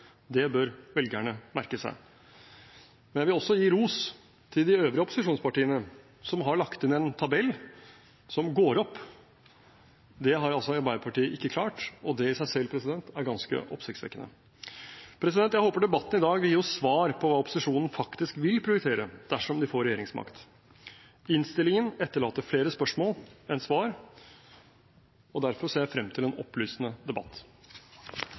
Det bør velgerne merke seg. Jeg vil også gi ros til de øvrige opposisjonspartiene, som har lagt inn en tabell som går opp. Det har altså ikke Arbeiderpartiet klart, og det i seg selv er ganske oppsiktsvekkende. Jeg håper debatten i dag vil gi oss svar på hva opposisjonen faktisk vil prioritere, dersom de får regjeringsmakt. Innstillingen etterlater flere spørsmål enn svar. Derfor ser jeg frem til en opplysende debatt.